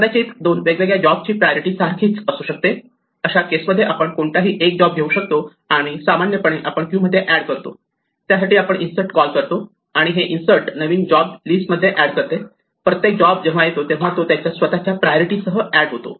कदाचित दोन वेगवेगळ्या जॉब ची प्रायोरिटी सारखीच असू शकते अशा केसमध्ये आपण कोणताही एक जॉब घेऊ शकतो आणि दुसरा सामान्यपणे आपण क्यू मध्ये एड करतो त्यासाठी आपण इन्सर्ट कॉल करतो आणि हे इन्सर्ट नवीन जॉब लिस्टमध्ये एड करते आणि प्रत्येक जॉब जेव्हा येतो तेव्हा तो त्याच्या स्वतःच्या प्रायोरिटीसह एड होतो